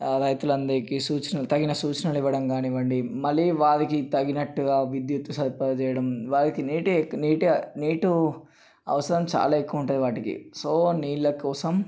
రైతులు అందరికీ సూచనలు తగిన సూచనలు ఇవ్వడం కానివ్వండి మళ్ళీ వారికి తగినట్టుగా విద్యుత్ సరఫరా చేయడం వారికి నీటి నీటి నీటు అవసరం చాలా ఎక్కువగా ఉంటుంది వాటికి సో నీళ్ళ కోసం